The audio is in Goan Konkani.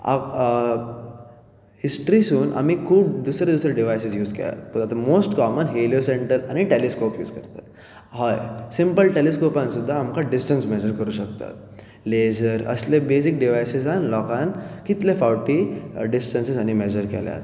हिस्टरी सून आमी खूब दुसरे दुसरे डिवायसीज यूज केला the most common helio centre आनी टेलेस्काॅप हय सिंपल टेलेस्कॉपान सुद्दां आमकां डिस्टन्स मेजर करूं शकता लेजर असले बेजीक डिवासीजान लोकांन कितले फावटी डिस्टन्सीजानी मेजर केल्यात